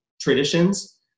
traditions